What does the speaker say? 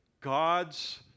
God's